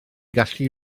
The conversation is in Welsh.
gallu